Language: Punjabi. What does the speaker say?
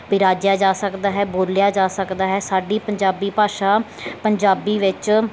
ਬਿਰਾਜਿਆ ਜਾ ਸਕਦਾ ਹੈ ਬੋਲਿਆ ਜਾ ਸਕਦਾ ਹੈ ਸਾਡੀ ਪੰਜਾਬੀ ਭਾਸ਼ਾ ਪੰਜਾਬੀ ਵਿੱਚ